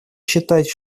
считать